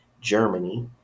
Germany